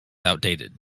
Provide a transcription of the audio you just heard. outdated